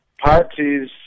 Parties